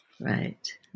Right